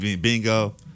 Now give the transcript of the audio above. Bingo